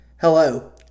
hello